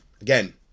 again